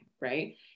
Right